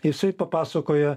jisai papasakoja